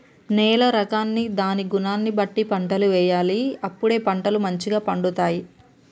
నేల రకాన్ని దాని గుణాన్ని బట్టి పంటలు వేయాలి అప్పుడే పంటలు మంచిగ పండుతాయి